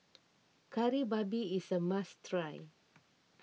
Kari Babi is a must try